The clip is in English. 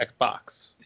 Xbox